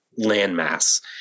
landmass